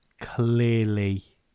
clearly